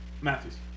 Matthews